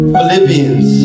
Philippians